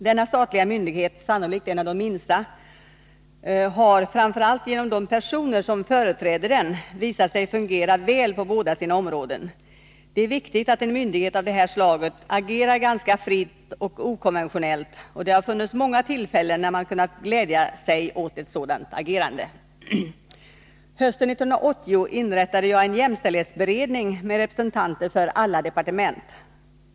Den statliga myndigheten, sannolikt en av de minsta, har, framför allt tack vare de personer som företräder den, visat sig fungera väl på båda sina områden. Det är viktigt att en myndighet av det här slaget agerar ganska fritt och okonventionellt, och det har funnits många tillfällen när man har kunnat glädja sig åt ett sådant agerande. Hösten 1980 inrättade jag en jämställdhetsberedning med representanter för alla departement.